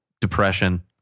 depression